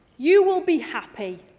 you will be happy,